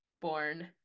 born